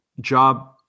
job